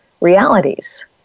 realities